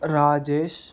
Rajesh